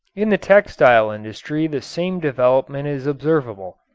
in the textile industry the same development is observable.